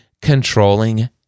controlling